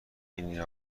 این